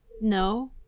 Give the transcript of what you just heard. no